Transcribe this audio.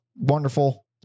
wonderful